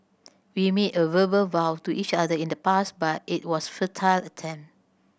we made a verbal vow to each other in the past but it was futile attempt